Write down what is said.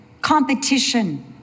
competition